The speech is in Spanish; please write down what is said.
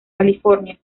california